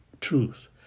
truth